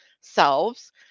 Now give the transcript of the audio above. selves